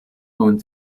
owned